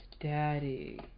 Daddy